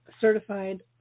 certified